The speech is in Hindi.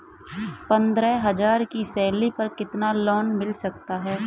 पंद्रह हज़ार की सैलरी पर कितना लोन मिल सकता है?